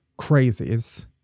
crazies